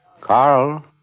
Carl